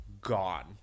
gone